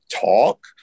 Talk